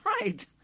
Right